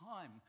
time